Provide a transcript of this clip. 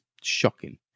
shocking